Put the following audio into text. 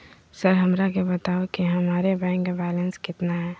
Sir हमरा के बताओ कि हमारे बैंक बैलेंस कितना है?